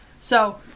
so-